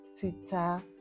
twitter